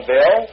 Bill